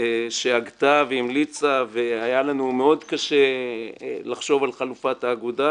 שהגתה והמליצה והיה לנו מאוד קשה לחשוב על חלופת האגודה,